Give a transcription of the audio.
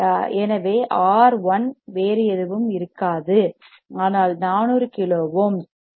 எனவே R R1 வேறு எதுவும் இருக்காது ஆனால் 4 கிலோ ஓம்ஸ்